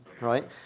right